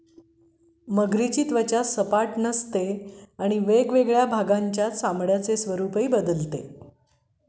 मगरीची त्वचा सपाट नसते आणि वेगवेगळ्या भागांच्या चामड्याचे स्वरूप बदलते